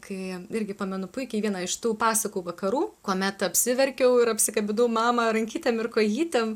kai irgi pamenu puikiai vieną iš tų pasakų vakarų kuomet apsiverkiau ir apsikabinau mamą rankytėm ir kojytėm